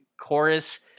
chorus